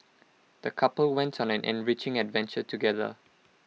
the couple went on an enriching adventure together